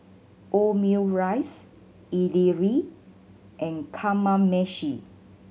Omurice Idili and Kamameshi